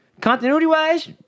continuity-wise